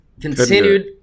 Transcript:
continued